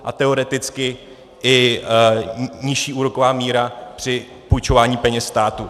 a teoreticky i nižší úroková míra při půjčování peněz státu.